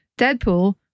Deadpool